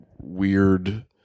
weird